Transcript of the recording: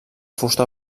fusta